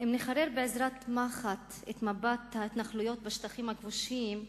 אם נחורר בעזרת מחט את מפת ההתנחלויות בשטחים הכבושים,